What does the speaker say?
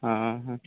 ହଁ ହଁ